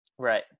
Right